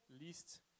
least